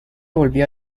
volvió